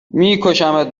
میکشمت